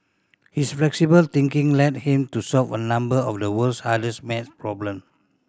his flexible thinking led him to solve a number of the world's hardest math problems